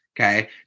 Okay